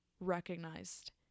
recognized